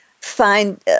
find